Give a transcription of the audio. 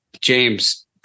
James